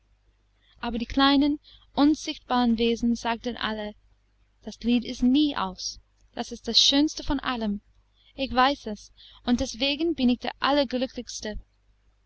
aber die kleinen unsichtbaren wesen sagten alle das lied ist nie aus das ist das schönste von allem ich weiß es und deswegen bin ich der